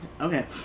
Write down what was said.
Okay